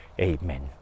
Amen